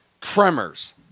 Tremors